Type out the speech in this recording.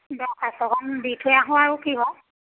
দৰ্খাস্তখন দি থৈ আহোঁ আৰু কি হয়